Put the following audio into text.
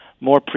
more